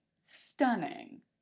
Stunning